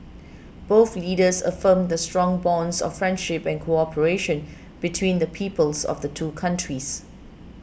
both leaders affirmed the strong bonds of friendship and cooperation between the peoples of the two countries